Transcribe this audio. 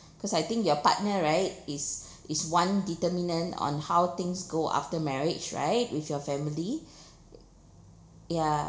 because I think your partner right is is one determinant on how things go after marriage right with your family ya